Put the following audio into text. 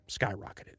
skyrocketed